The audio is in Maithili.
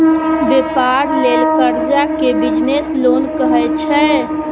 बेपार लेल करजा केँ बिजनेस लोन कहै छै